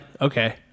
Okay